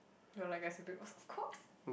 no like of course